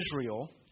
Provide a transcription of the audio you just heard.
Israel